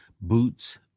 boots